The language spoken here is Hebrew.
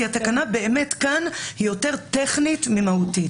כי התקנה כאן היא באמת יותר טכנית ממהותית,